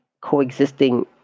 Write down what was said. coexisting